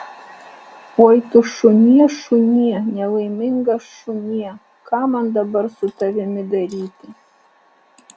oi tu šunie šunie nelaimingas šunie ką man dabar su tavimi daryti